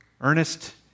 Ernest